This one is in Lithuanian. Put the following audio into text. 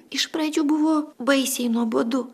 iš pradžių buvo baisiai nuobodu